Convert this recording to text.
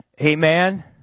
Amen